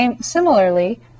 Similarly